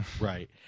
Right